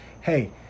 hey